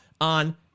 on